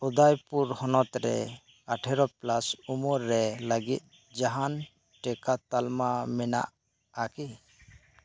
ᱩᱫᱟᱹᱭ ᱯᱩᱨ ᱦᱚᱱᱚᱛ ᱨᱮ ᱟᱴᱷᱮᱨᱚ ᱯᱞᱟᱥ ᱩᱢᱟᱹᱨ ᱨᱮ ᱞᱟᱹᱜᱤᱫ ᱡᱟᱦᱟᱱ ᱴᱤᱠᱟᱹ ᱛᱟᱞᱢᱟ ᱢᱮᱱᱟᱜ ᱟᱠᱤ